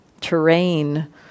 terrain